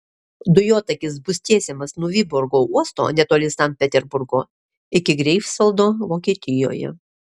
dujotakis bus tiesiamas nuo vyborgo uosto netoli sankt peterburgo iki greifsvaldo vokietijoje